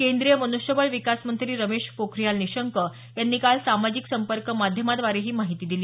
केंद्रीय मनुष्यबळ विकास मंत्री रमेश पोखरियाल निशंक यांनी काल सामाजिक संपर्क माध्यमाद्वारे ही माहिती दिली